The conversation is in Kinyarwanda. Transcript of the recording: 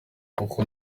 uko